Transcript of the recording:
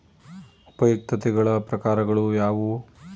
ಉಪಯುಕ್ತತೆಗಳ ಪ್ರಕಾರಗಳು ಯಾವುವು?